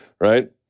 right